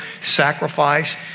sacrifice